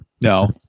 No